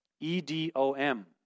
E-D-O-M